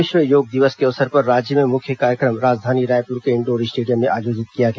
विश्व योग दिवस के अवसर पर राज्य में मुख्य कार्यक्रम राजधानी रायपुर के इंडोर स्टेडियम में आयोजित किया गया